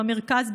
במרכז,